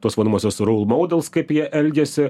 tos vadinamosios rulmaudals kaip jie elgiasi